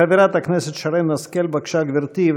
חברת הכנסת שרן השכל, בבקשה, גברתי.